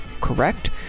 Correct